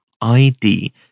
id